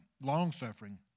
long-suffering